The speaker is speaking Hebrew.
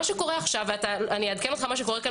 מה שקורה עכשיו - אני אעדכן אותך לגבי מה שקורה עכשיו